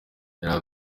yaraye